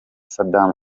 saddam